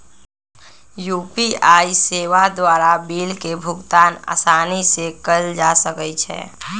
UPI सेवा द्वारा bill के भुगतान असानी से कएल जा सकइ छै